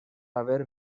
haver